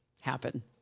happen